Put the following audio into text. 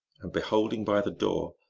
and beholding by the door,